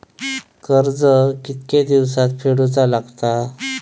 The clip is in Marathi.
कर्ज कितके दिवसात फेडूचा लागता?